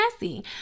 messy